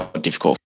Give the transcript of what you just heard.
difficult